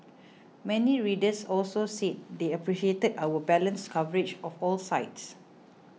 many readers also said they appreciated our balanced coverage of all sides